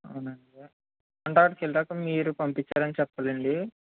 అవునా సార్ అంటే అక్కడకెళ్ళాక మీరు పంపించారని చెప్పలాండి